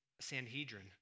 Sanhedrin